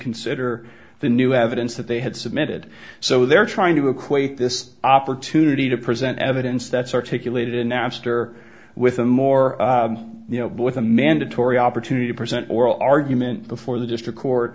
consider the new evidence that they had submitted so they're trying to equate this opportunity to present evidence that's articulated in napster with a more you know both a mandatory opportunity to present oral argument before the district court